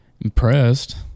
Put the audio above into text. impressed